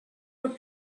for